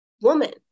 woman